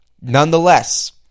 Nonetheless